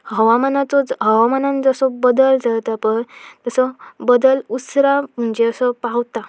हवामानाचो हवामानान जसो बदल जता पळय तसो बदल उसर म्हणजे असो पावता